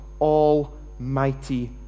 almighty